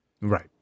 Right